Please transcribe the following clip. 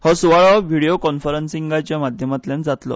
हो सुवाळो व्हिडियो कॉन्फरन्सींगाच्या माध्यमातल्यान जातलो